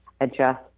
adjust